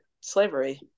slavery